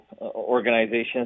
organizations